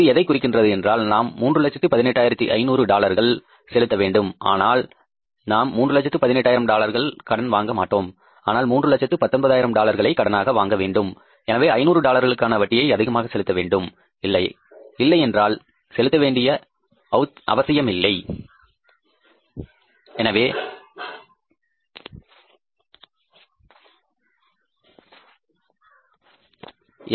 இது எதைக் குறிக்கின்றது என்றால் நாம் 318500 டாலர்கள் செலுத்த வேண்டும் ஆனால் நாம் 318500 டாலர் கடனை வாங்க மாட்டோம் ஆனால் நாம் 3 லட்சத்து 19 ஆயிரம் டாலர்களை கடனாக வாங்க வேண்டும் எனவே அந்த 500 டாலருக்கான வட்டியை அதிகமாக செலுத்த வேண்டும் இல்லை என்றால் செலுத்த வேண்டிய அவசியமில்லை